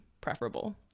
preferable